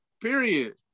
period